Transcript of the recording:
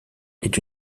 est